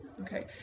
Okay